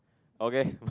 okay